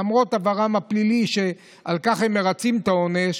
למרות עברם הפלילי שעל כך הם מרצים את העונש,